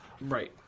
right